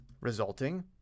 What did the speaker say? resulting